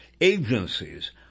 agencies